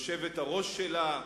היושבת-ראש שלה,